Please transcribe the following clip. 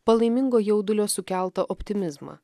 palaimingo jaudulio sukeltą optimizmą